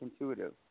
intuitive